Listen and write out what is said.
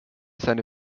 seine